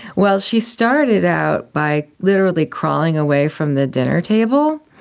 well, she started out by literally crawling away from the dinner table.